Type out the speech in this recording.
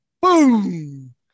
boom